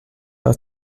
are